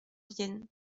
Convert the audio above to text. vienne